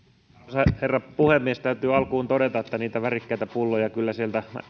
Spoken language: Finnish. arvoisa herra puhemies täytyy alkuun todeta että niitä värikkäitä pulloja kyllä sieltä